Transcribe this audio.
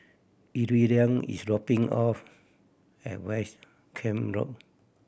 Iridian is dropping off at West Camp Road